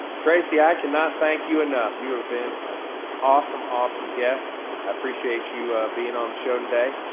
tracy, i cannot thank you enough, you have been an awesome, awesome guest. i appreciate you being on the show today.